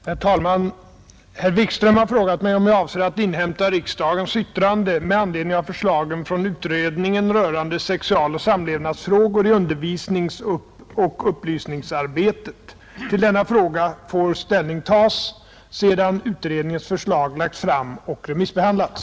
Herr talman! Herr Wikström har frågat mig, om jag avser att inhämta riksdagens yttrande med anledning av förslagen från utredningen rörande sexualoch samlevnadsfrågor i undervisningsoch upplysningsarbetet . Till denna fråga får ställning tas sedan utredningens förslag lagts fram och remissbehandlats.